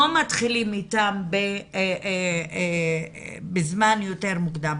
לא מתחילים איתם בזמן יותר מוקדם.